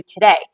today